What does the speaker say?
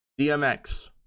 dmx